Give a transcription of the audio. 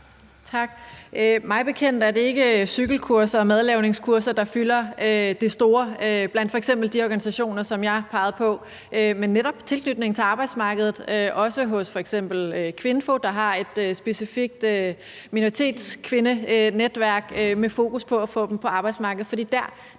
Tak. Mig bekendt er det ikke cykelkurser og madlavningskurser, der fylder det store blandt f.eks. de organisationer, som jeg pegede på, men netop tilknytning til arbejdsmarkedet, også hos f.eks. KVINFO, der har et specifikt minoritetskvindenetværk med fokus på at få dem ud på arbejdsmarkedet. For der